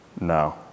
No